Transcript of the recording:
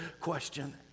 question